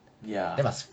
ya